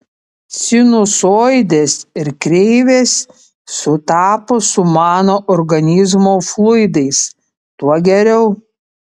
sinusoidės ir kreivės sutapo su mano organizmo fluidais tuo geriau